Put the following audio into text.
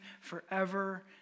forever